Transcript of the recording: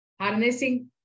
harnessing